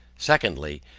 secondly.